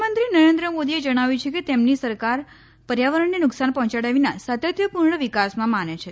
પ્રધાનમંત્રી નરેન્દ્રમોદીએ જણાવ્યું છે કે તેમની સરકાર પર્યાવરણને નુકસાન પહોંચાડ્યા વિના સાતત્યપૂર્ણ વિકાસમાં માને છે